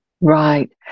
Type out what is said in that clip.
Right